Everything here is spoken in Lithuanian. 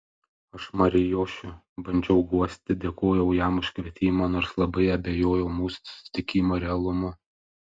aš marijošių bandžiau guosti dėkojau jam už kvietimą nors labai abejojau mūsų susitikimo realumu